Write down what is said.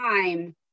time